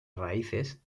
raíces